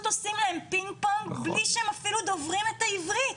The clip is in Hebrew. עושים להם פינג-פונג אפילו בלי שידברו את השפה.